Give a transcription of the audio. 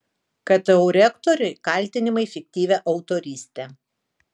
ktu rektoriui kaltinimai fiktyvia autoryste